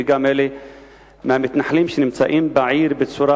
וגם אלה מהמתנחלים שנמצאים בעיר בצורה